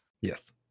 Yes